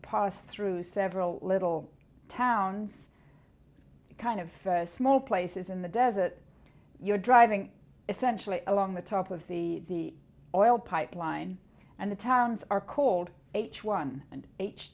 pos through several little towns kind of small places in the desert you're driving essentially along the top of the oil pipeline and the towns are called h one